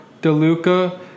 DeLuca